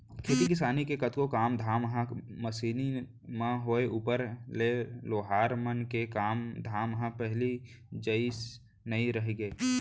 खेती किसानी के कतको काम धाम ह मसीनी म होय ऊपर ले लोहार मन के काम धाम ह पहिली जइसे नइ रहिगे